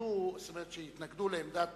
שהתנגדו לעמדה